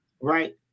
Right